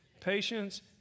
patience